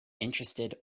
interested